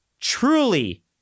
Truly